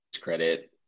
credit